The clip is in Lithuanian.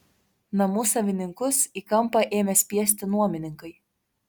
namų savininkus į kampą ėmė spiesti nuomininkai